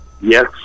Yes